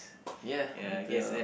yeah we play a lot